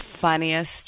funniest